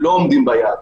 לא עומדים ביעד.